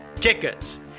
Kickers